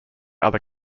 other